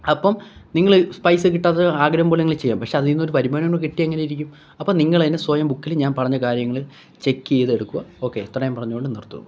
അപ്പോള് നിങ്ങള് പൈസ കിട്ടാത്തത് ആഗ്രഹംപോലെ നിങ്ങള് ചെയ്യാം പക്ഷെ അതില്നിന്ന് ഒരു വരുമാനം കൂടി കിട്ടിയാല് എങ്ങനെയിരിക്കും അപ്പോള് നിങ്ങള്തന്നെ സ്വയം ബുക്കില് ഞാൻ പറഞ്ഞ കാര്യങ്ങള് ചെക്കെയ്തെടുക്കുക ഓക്കേ ഇത്രയും പറഞ്ഞുകൊണ്ട് നിർത്തുന്നു